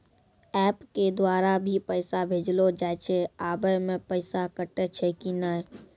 App के द्वारा भी पैसा भेजलो जाय छै आबै मे पैसा कटैय छै कि नैय?